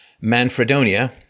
Manfredonia